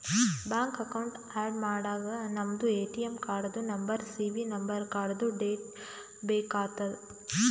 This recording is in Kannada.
ಬ್ಯಾಂಕ್ ಅಕೌಂಟ್ ಆ್ಯಡ್ ಮಾಡಾಗ ನಮ್ದು ಎ.ಟಿ.ಎಮ್ ಕಾರ್ಡ್ದು ನಂಬರ್ ಸಿ.ವಿ ನಂಬರ್ ಕಾರ್ಡ್ದು ಡೇಟ್ ಬೇಕ್ ಆತದ್